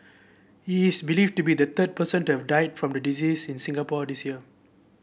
he is believed to be the third person to have died from the disease in Singapore this year